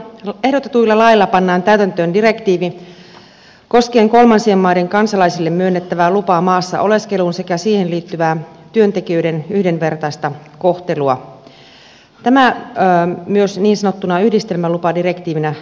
ehdotetuilla laeilla pannaan täytäntöön direktiivi koskien kolmansien maiden kansalaisille myönnettävää lupaa maassa oleskeluun sekä siihen liittyvää työntekijöiden yhdenvertaista kohtelua tämä myös niin sanottuna yhdistelmälupadirektiivinä tunnetaan